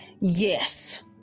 Yes